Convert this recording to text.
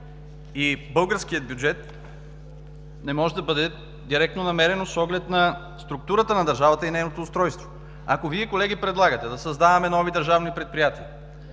и българския бюджет не може да бъде директно намерено с оглед на структурата на държавата и нейното устройство. Ако Вие, колеги, предлагате да създаваме нови държавни предприятия